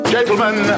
Gentlemen